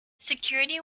security